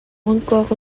encore